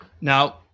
Now